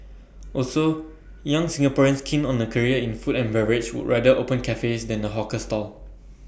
also young Singaporeans keen on A career in food and beverage would rather open cafes than A hawker stall